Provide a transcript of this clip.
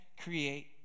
create